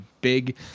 big